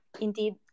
indeed